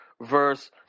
verse